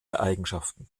eigenschaften